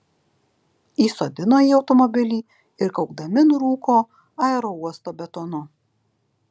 įsodino į automobilį ir kaukdami nurūko aerouosto betonu